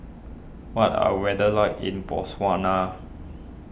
what are weather like in Botswana